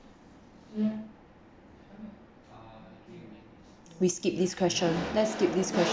we skip this question let's skip this question